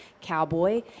Cowboy